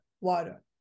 water